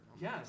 Yes